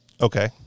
Okay